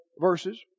verses